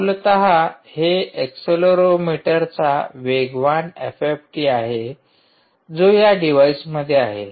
मूलत हे एक्सेलेरोमीटरचा वेगवान एफएफटी आहे जो या डिव्हाइसमध्ये आहे